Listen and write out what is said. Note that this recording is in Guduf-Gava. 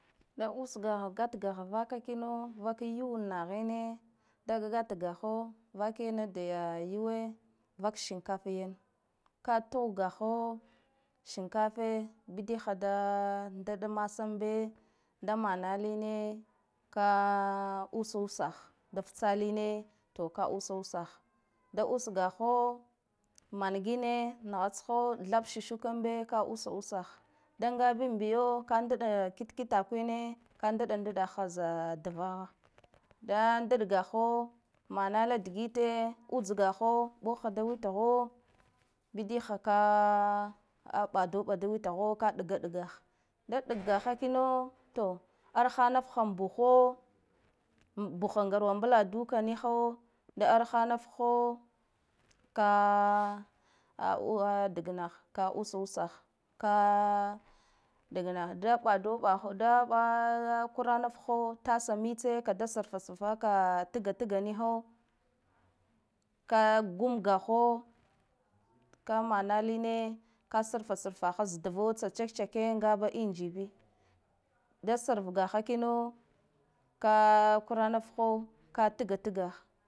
Da usgaha gatgahha vaka kino vak yuwe naha ine da gatgaho vakina da yuwe vak shinkafe yane, ka tuhgaho shinkafe bidigha da ndaɗ masanbe da manaline ka usa usaha dafsaline to ka usa usa hha da, usgahho mangine naha tsho thab shushukambe ka usa usahha da nga binbiyo ka ndɗa kitkitakw hine ka ndɗa ndɗa hha za davaha da ndaɗgaho manala digite utsgahho ɓohha da witho bidigha, ka ɓado ɓa da witho ka ɗaga dagahha da ɗaggaha kino. To arhanafha am buho buha ngarwa mbaladuka miho da arahanafho ka danaha ka usa usa ha ka dagnaha da ɓado ɓahha da kura naf ha tasa miche ka da sarfasarfa ka tgatga niho ka gum gaho ka mana line ka sarfa sarfa ha za duvo tsa check-checke ngaba luji bi da sarfa ga ha kino ka kuranaf ha ka tga tga hha.